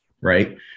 right